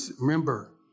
remember